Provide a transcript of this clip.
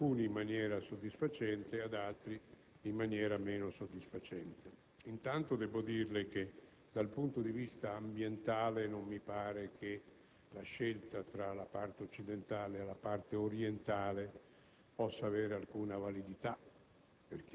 ad alcuni in maniera soddisfacente, ma ad altri in maniera meno soddisfacente. Innanzitutto, devo dirle che dal punto di vista ambientale non mi pare che la scelta tra la parte occidentale e la parte orientale possa avere alcuna validità,